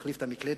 מחליף את המקלדת.